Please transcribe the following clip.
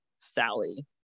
Sally